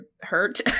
hurt